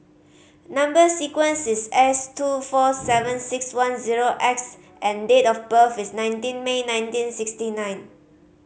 number sequence is S two four seven six one zero X and date of birth is nineteen May nineteen sixty nine